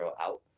out